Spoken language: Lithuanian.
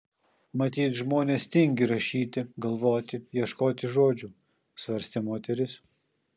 matyt žmonės tingi rašyti galvoti ieškoti žodžių svarstė moteris